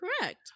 correct